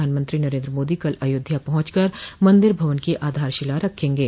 प्रधानमंत्री नरेन्द्र मोदी कल अयोध्या पहुंचकर मन्दिर भवन की आधारशिला रखेंगे